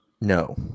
no